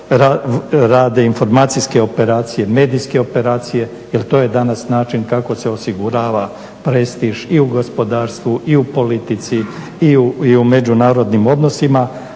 rade informacijske operacije, medijske operacije jel to je danas način kako se osigurava prestiž i u gospodarstvu i u politici i u međunarodnim odnosima,